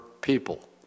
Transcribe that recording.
people